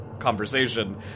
conversation